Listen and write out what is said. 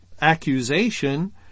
accusation